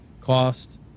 cost